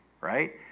right